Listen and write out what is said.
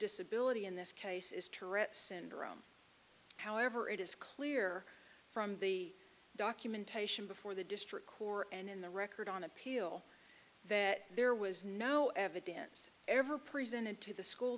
disability in this case is tourette syndrome however it is clear from the documentation before the district corps and in the record on appeal that there was no evidence ever presented to the school